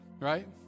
Right